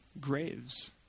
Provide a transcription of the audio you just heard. graves